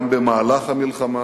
גם במהלך המלחמה,